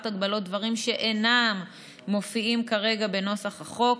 הגבלות בדברים שאינם מופיעים כרגע בנוסח החוק.